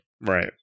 Right